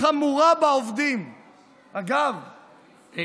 חמורה בעובדים אלי.